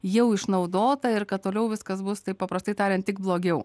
jau išnaudota ir kad toliau viskas bus taip paprastai tariant tik blogiau